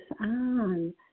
on